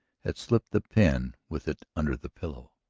had slipped the pen with it under the pillow.